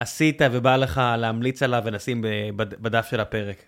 עשית ובא לך להמליץ עליו ולשים בדף של הפרק.